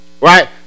right